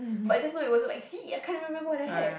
but I just know it wasn't like see I can't even remember what I had